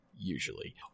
usually